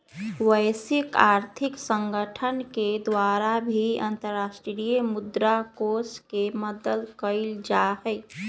वैश्विक आर्थिक संगठन के द्वारा भी अन्तर्राष्ट्रीय मुद्रा कोष के मदद कइल जाहई